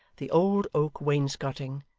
the old oak wainscoting,